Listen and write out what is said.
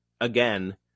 again